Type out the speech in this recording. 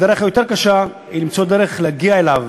הדרך היותר-קשה היא למצוא דרך להגיע אליו